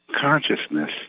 consciousness